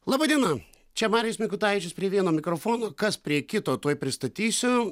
laba diena čia marijus mikutavičius prie vieno mikrofono kas prie kito tuoj pristatysiu